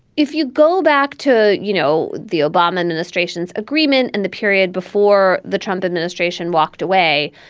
if you go back to, you know, the obama administration's agreement in the period before the trump administration walked away,